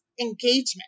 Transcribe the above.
engagement